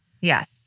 Yes